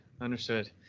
understood